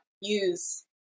use